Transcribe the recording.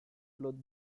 flotte